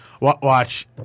watch